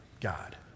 God